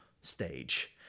stage